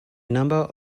number